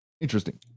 Interesting